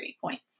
points